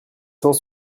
cent